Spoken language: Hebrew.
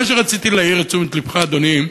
מה שרציתי להעיר אליו את תשומת לבך, אדוני,